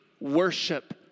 worship